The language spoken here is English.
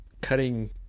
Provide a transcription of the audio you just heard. cutting